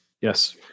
yes